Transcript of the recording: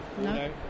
no